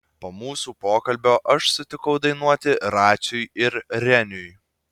po mūsų pokalbio aš sutikau dainuoti raciui ir reniui